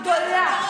גדולה,